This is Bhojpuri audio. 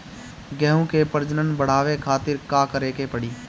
गेहूं के प्रजनन बढ़ावे खातिर का करे के पड़ी?